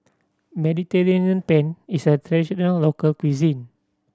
Mediterranean Penne is a traditional local cuisine